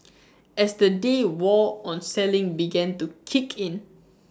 as the day wore on selling began to kick in